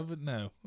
No